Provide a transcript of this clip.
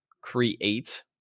create